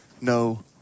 no